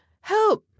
help